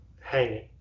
hanging